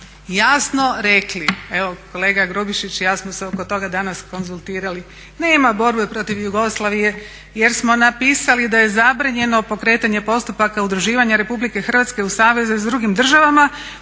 142.jasno rekli, evo kolega Grubišić i ja smo se danas oko toga konzultirali, nema borbe protiv Jugoslavije jer smo napisali da je zabranjeno postupaka udruživanja RH u saveze s drugim državama